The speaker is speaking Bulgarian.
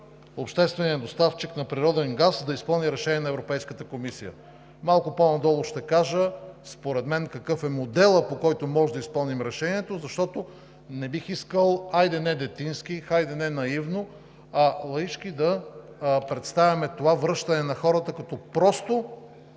общественият доставчик на природен газ да изпълни решение на Европейската комисия. Малко по-надолу ще кажа според мен какъв е моделът, по който можем да изпълним решението, защото не бих искал, хайде, не детински, хайде, не наивно, а лаически да представяме това връщане на хората като просто